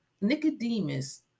Nicodemus